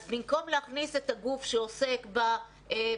אז במקום להכניס את הגוף שעוסק בפעילויות